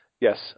yes